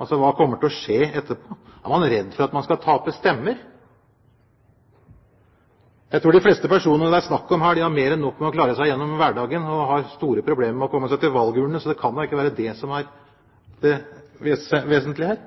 Altså hva kommer til å skje etterpå? Er man redd for at man skal tape stemmer? Jeg tror de fleste personer det er snakk om her, har mer enn nok med å klare seg gjennom hverdagen og har store problemer med å komme seg til valgurnene. Så det kan ikke være det som er det vesentlige her.